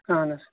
اَہَن حظ